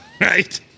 right